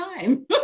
time